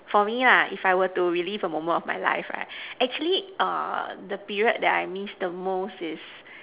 for me lah if I were to relive a moment of my life right actually err the period that I miss the most is